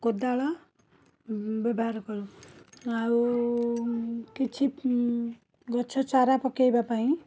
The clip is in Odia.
କୋଦାଳ ଉଁ ବ୍ୟବହାର କରୁ ଆଉ କିଛି ଉଁ ଗଛଚାରା ପକାଇବାପାଇଁ